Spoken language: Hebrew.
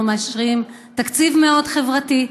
אנחנו מאשרים תקציב מאוד חברתי,